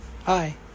Hi